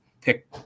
pick